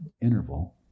interval